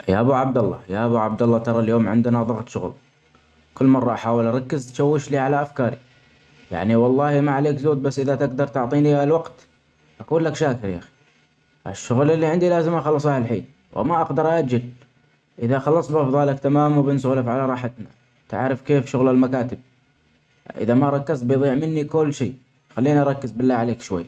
يا ابو عبدالله يا ابو عبدالله تري اليوم عندنا ظغط شغل ،كل مرة أحاول أركز تشوشلي علي أفكاري. يعني والله ما عليك ذوق بس إذا تجدر تعطيني ها الوقت أكونلك شاكر يا أخي ،ها الشغل اللي عندي لازم أخلصه للحين ،وما أقدر أأجله إذا خلصت بفضالك تمام وبنسولف علي راحتنا. تعرف كيف شغل المكاتب إذا ما ركزت بيضيع مني كل شئ خليني أركز بالله عليك شوي.